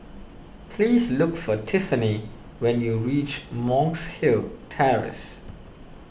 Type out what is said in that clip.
please look for Tiffany when you reach Monk's Hill Terrace